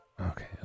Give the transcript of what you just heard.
Okay